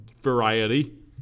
variety